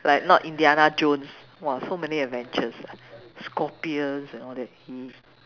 like not Indiana Jones !wah! so many adventures ah scorpions and all that !ee!